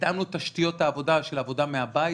התאמנו את תשתיות העבודה של עבודה מהבית.